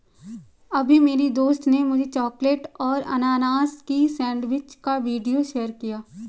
अभी मेरी दोस्त ने मुझे चॉकलेट और अनानास की सेंडविच का वीडियो शेयर किया है